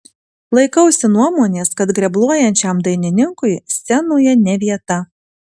laikausi nuomonės kad grebluojančiam dainininkui scenoje ne vieta